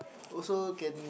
also can